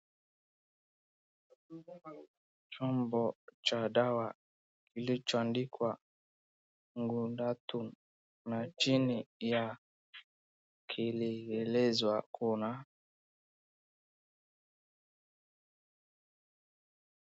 Chombo cha dawa kilichoandikwa Ghudatun na chini ya kielezo kuna...